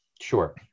Sure